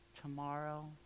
tomorrow